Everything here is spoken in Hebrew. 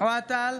אוהד טל,